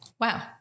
Wow